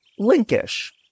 Linkish